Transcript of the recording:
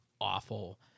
awful